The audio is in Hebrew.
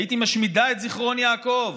הייתי משמידה את זיכרון יעקב,